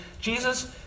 Jesus